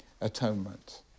atonement